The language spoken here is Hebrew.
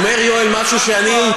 המקום הזה שייך,